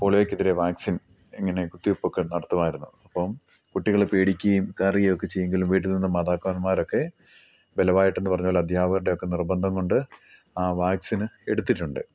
പോളിയോക്ക് എതിരെ വാക്സിൻ ഇങ്ങനെ കുത്തിവെപ്പൊക്കെ നടത്തുമായിരുന്നു അപ്പം കുട്ടികളെ പേടിക്കുകയും കരയുക ഒക്കെ ചെയ്യും എങ്കിലും വീട്ടിൽ നിന്നും മതാപിതാക്കന്മാർ ഒക്കെ ബലമായിട്ട് എന്ന് പറഞ്ഞത് പോലെ അധ്യാപകരുടെ ഒക്കെ നിർബന്ധം കൊണ്ട് ആ വാക്സിന് എടുത്തിട്ടുണ്ട്